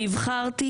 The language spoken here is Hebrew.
נבחרתי